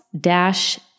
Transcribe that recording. dash